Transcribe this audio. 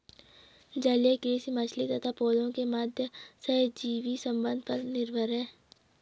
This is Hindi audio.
जलीय कृषि मछली तथा पौधों के माध्यम सहजीवी संबंध पर निर्भर है